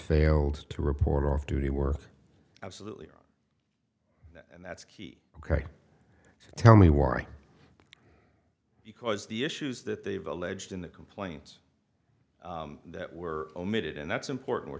failed to report on duty work absolutely and that's key ok tell me why because the issues that they've alleged in the complaints that were omitted and that's important we're